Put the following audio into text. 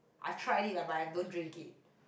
I tried it lah but I don't drink it